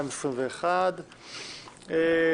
הקריאות:א.